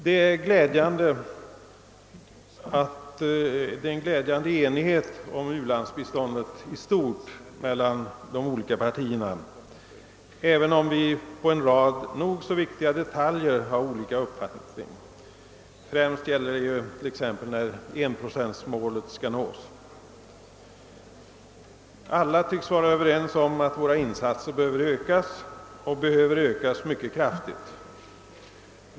Det råder en glädjande enighet om u-landsbiståndet i stort mellan de olika partierna, även om vi i en rad nog så viktiga detaljer har olika uppfattningar — främst gäller det när 1-procentsmålet skall nås. Alla tycks vara överens om att våra insatser behöver ökas, och ökas mycket kraftigt.